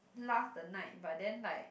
last the night but then like